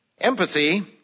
Empathy